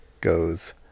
goes